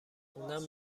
خوندن